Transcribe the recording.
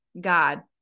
God